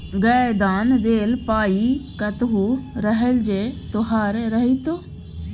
गै दान देल पाय कतहु रहलै जे तोहर रहितौ